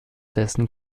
dessen